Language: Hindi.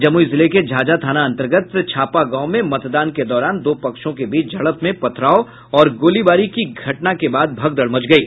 जमुई जिले के झाझा थाना अंतर्गत छापा गांव में मतदान के दौरान दो पक्षों के बीच झड़प में पथराव और गोलीबारी की घटना के बाद भगदड़ मच गयी